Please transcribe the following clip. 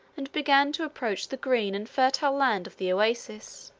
and began to approach the green and fertile land of the oasis.